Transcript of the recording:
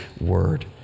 word